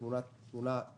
זאת תמונת הכלכלה.